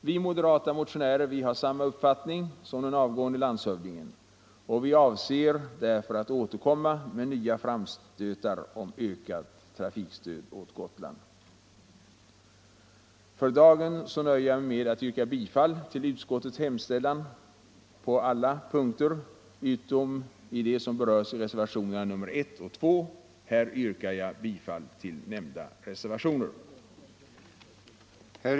Vi moderata motionärer har samma uppfattning som den avgående landshövdingen och avser därför att återkomma med nya framstötar om ökat trafikstöd åt Gotland. För dagen nöjer jag mig med att yrka bifall till utskottets hemställan på alla punkter utom de som berörs i reservationerna 1 och 2, där jag yrkar bifall till nämnda reservationer.